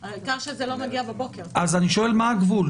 מה הגבול?